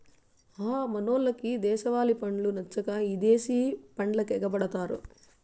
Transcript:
హ మనోళ్లకు దేశవాలి పండ్లు నచ్చక ఇదేశి పండ్లకెగపడతారు